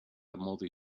mouldy